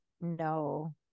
no